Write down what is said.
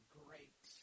great